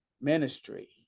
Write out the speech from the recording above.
ministry